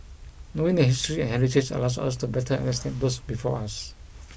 knowing their history and heritage allows us to better understand those before us